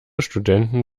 studenten